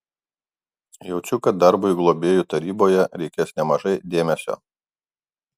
jaučiu kad darbui globėjų taryboje reikės nemažai dėmesio